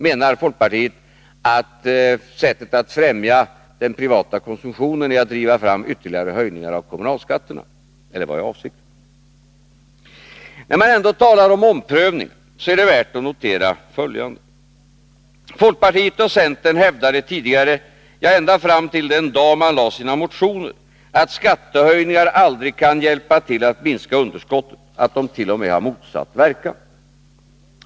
Menar folkpartiet att sättet att ffrämja den privata konsumtionen är att driva fram ytterligare höjningar av kommunalskatterna, eller vad är avsikten? När man ändå talar om omprövning är det värt att notera följande: Folkpartiet och centern hävdade tidigare — ja, ända fram till den dag då man lade fram sina motioner — att skattehöjningar aldrig kan hjälpa till att minska underskottet, att de t.o.m. har motsatt verkan.